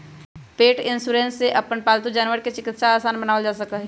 पेट insurance से अपन पालतू जानवर के चिकित्सा आसान बनावल जा सका हई